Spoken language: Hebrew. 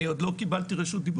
אני עוד לא קיבלתי רשות דיבור.